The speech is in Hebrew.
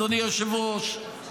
אדוני היושב-ראש,